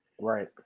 right